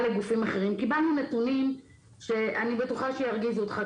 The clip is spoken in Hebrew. לגופים אחרים קיבלנו נתונים שאני בטוחה שירגיזו אותך,